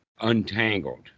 untangled